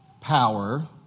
power